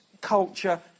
culture